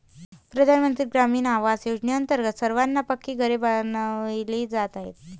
प्रधानमंत्री ग्रामीण आवास योजनेअंतर्गत सर्वांना पक्की घरे बनविली जात आहेत